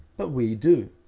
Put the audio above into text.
but we do.